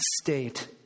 state